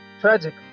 tragic